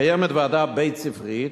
קיימת ועדה בית-ספרית,